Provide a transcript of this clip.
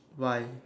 why